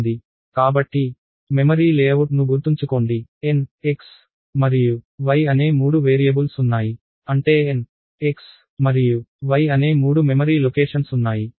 కాబట్టి మెమరీ లేఅవుట్ను గుర్తుంచుకోండి nx మరియు y అనే మూడు వేరియబుల్స్ ఉన్నాయి అంటే nx మరియు y అనే మూడు మెమరీ లొకేషన్స్ ఉన్నాయి